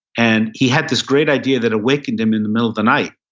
and he had this great idea that awakened him in the middle of the night.